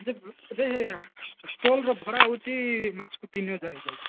ଷ୍ଟଲର ଭଡ଼ା ହେଉଛି ମାସକୁ ତିନି ହଜାର ହୋଇଯାଉଛି